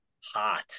hot